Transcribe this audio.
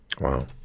Wow